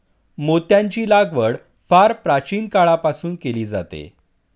मोत्यांची लागवड फार प्राचीन काळापासून केली जाते